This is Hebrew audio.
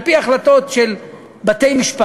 על-פי החלטות של בתי-משפט,